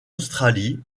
australie